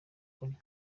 kunywa